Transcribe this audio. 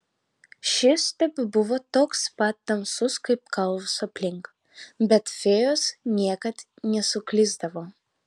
šis tebebuvo toks pat tamsus kaip kalvos aplink bet fėjos niekad nesuklysdavo